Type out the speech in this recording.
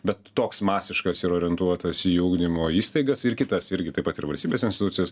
bet toks masiškas ir orientuotas į ugdymo įstaigas ir kitas irgi taip pat ir valstybės institucijas